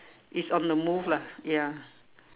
it's on the move lah ya